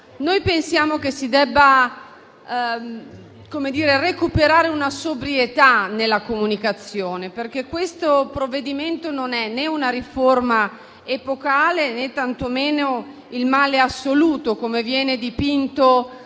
Noi pensiamo che si debba recuperare sobrietà nella comunicazione, perché il provvedimento in esame non è né una riforma epocale, né tantomeno il male assoluto, come viene dipinto